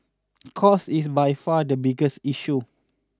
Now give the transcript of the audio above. cost is by far the biggest issue